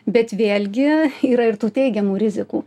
bet vėlgi yra ir tų teigiamų rizikų